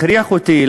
הכריח אותי,